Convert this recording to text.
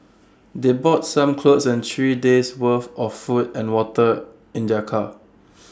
they brought some clothes and three days' worth of food and water in their car